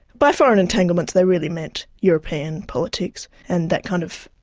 by foreign entanglements they really meant european politics and that kind of.